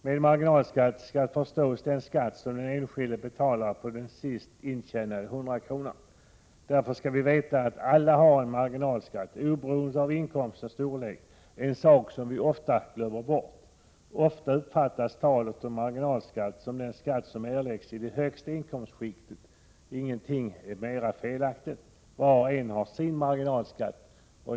Med marginalskatt skall förstås den skatt som den enskilde betalar på den sist intjänade hundralappen. Därför skall vi veta att alla har en marginalskatt oberoende av inkomstens storlek, en sak som vi ofta glömmer bort. Ofta uppfattas marginalskatten som den skatt som erläggs i det högsta inkomst skiktet. Ingenting är mera felaktigt. Var och en har sin marginalskatt.